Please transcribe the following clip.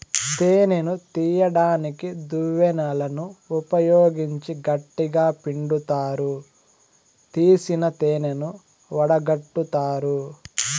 తేనెను తీయడానికి దువ్వెనలను ఉపయోగించి గట్టిగ పిండుతారు, తీసిన తేనెను వడగట్టుతారు